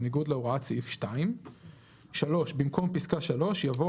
בניגוד להוראות סעיף 2,"; (3)במקום פסקה (3) יבוא: